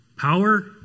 Power